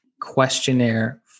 questionnaire